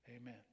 Amen